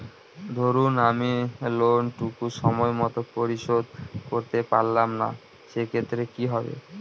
ধরুন আমি লোন টুকু সময় মত পরিশোধ করতে পারলাম না সেক্ষেত্রে কি হবে?